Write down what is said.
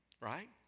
right